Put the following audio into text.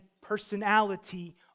personality